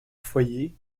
foyer